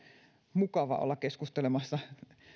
mukava olla keskustelemassa